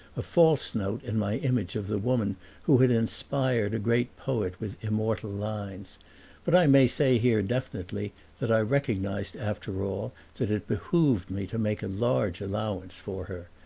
a false note in my image of the woman who had inspired a great poet with immortal lines but i may say here definitely that i recognized after all that it behooved me to make a large allowance for her.